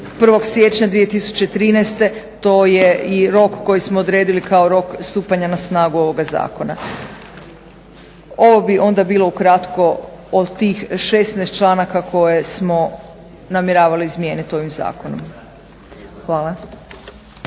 1. siječnja 2013. To je i rok koji smo odredili kao rok stupanja na snagu ovoga Zakona. Ovo bi onda bilo ukratko o tih 16 članaka koje smo namjeravali izmijeniti ovim Zakonom. Hvala.